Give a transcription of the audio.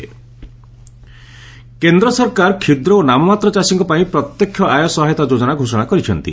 centre budget କେନ୍ଦ୍ର ସରକାର କ୍ଷୁଦ୍ର ଓ ନାମମାତ୍ର ଚାଷୀଙ୍କ ପାଇଁ ପ୍ରତ୍ୟକ୍ଷ ଆୟ ସହାୟତା ଯୋଜନା ଘୋଷଣା କରିଛନ୍ତି